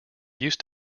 used